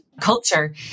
culture